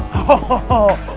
oh!